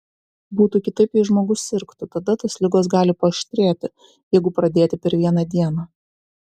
būtų kitaip jei žmogus sirgtų tada tos ligos gali paaštrėti jeigu pradėti per vieną dieną